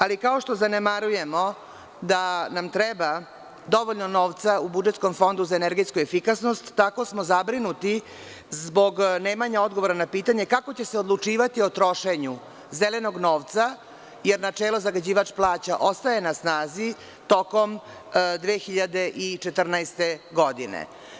Ali, kao što zanemarujemo da nam treba dovoljno novca u budžetskom Fondu za energetsku efikasnost, tako smo zabrinuti zbog nemanje odgovora na pitanje, kako će se odlučivati o trošenju zelenog novca, jer načelo zagađivač plaća, ostaje na snazi tokom 2014. godine.